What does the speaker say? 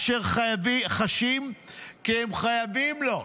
אשר חשים כי הם חייבים לו,